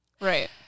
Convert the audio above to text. Right